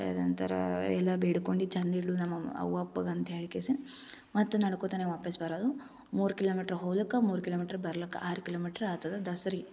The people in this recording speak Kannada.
ಅಂತಾರ ಎಲ್ಲ ಬೇಡ್ಕೊಂಡು ಚಂದ ಇಡು ನಮ್ಮ ಅಮ್ಮ ಅವ್ವ ಅಪ್ಪಗ ಅಂತ ಹೇಳಿ ಕೇಸಿಂದ್ ಮತ್ತು ನಡ್ಕೋತನೆ ವಾಪಸ್ ಬರೋದು ಮೂರು ಕಿಲೋಮೀಟ್ರ್ ಹೋಗ್ಲಿಕ್ಕೆ ಮೂರು ಕಿಲೋಮೀಟ್ರ್ ಬರ್ಲಿಕ್ಕೆ ಆರು ಕಿಲೋಮೀಟ್ರ್ ಆಗ್ತದ ದಸ್ರಗ್